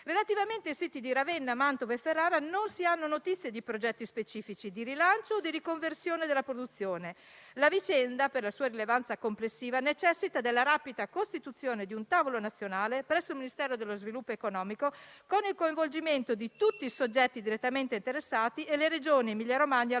Relativamente ai siti di Ravenna, Mantova e Ferrara non si hanno notizie di progetti specifici di rilancio o di riconversione della produzione. La vicenda, per la sua rilevanza complessiva, necessita della rapida costituzione di un tavolo nazionale presso il Ministero dello sviluppo economico con il coinvolgimento di tutti i soggetti direttamente interessati e le Regioni Emilia-Romagna, Lombardia